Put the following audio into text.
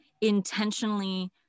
intentionally